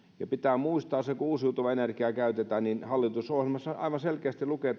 ja kun uusiutuvaa energiaa käytetään niin pitää muistaa että hallitusohjelmassahan aivan selkeästi lukee